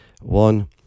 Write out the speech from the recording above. One